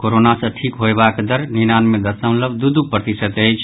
corona सॅ ठीक होयबाक दर निन्यानवे दशमलव दू दू प्रतिशत अछि